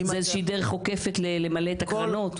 זו איזושהי דרך עוקפת למלא את הקרנות?